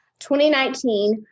2019